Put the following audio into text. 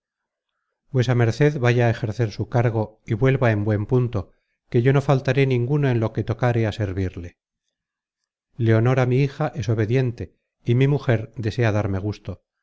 vuesa merced vaya á ejercer su cargo y vuelva en buen punto que yo no faltaré ninguno en lo que tocáre á servirle leonora mi hija es obediente y mi mujer desea darme gusto